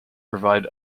provide